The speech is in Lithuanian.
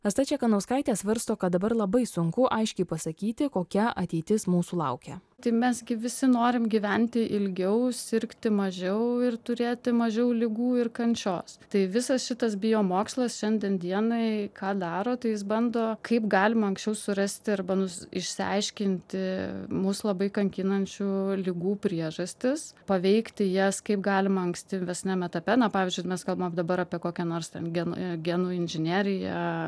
asta čekanauskaitė svarsto kad dabar labai sunku aiškiai pasakyti kokia ateitis mūsų laukia tai mes gi visi norim gyventi ilgiau sirgti mažiau ir turėti mažiau ligų ir kančios tai visas šitas bijo mokslas šiandien dienai ką daro tai jis bando kaip galima anksčiau surasti arba nu išsiaiškinti mus labai kankinančių ligų priežastis paveikti jas kaip galima ankstyvesniam etape na pavyzdžiui mes kalbam dabar apie kokią nors ten genų inžinerija